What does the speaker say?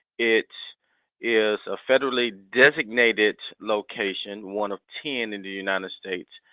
it is a federally designated location, one of ten in the united states,